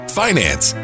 finance